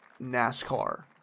NASCAR